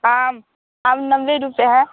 आम आम नब्बे रुपये है